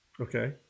Okay